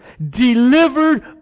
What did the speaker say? Delivered